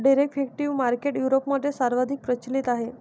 derivative market युरोपमध्ये सर्वाधिक प्रचलित आहे